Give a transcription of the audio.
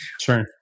Sure